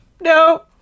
No